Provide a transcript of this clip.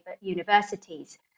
universities